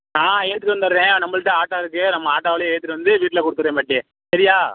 ஆ எடுத்துகிட்டு வந்துடறேன் நம்பள்கிட்ட ஆட்டோ இருக்குது நம்ம ஆட்டோவிலையே ஏற்றிட்டு வந்து வீட்டில் கொடுத்துர்றேன் பாட்டி சரியா